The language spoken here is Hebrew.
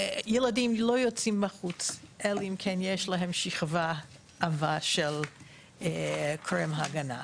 ילדים לא יוצאים החוצה אלא אם כן יש להם שכבה עבה של קרם הגנה,